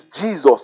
Jesus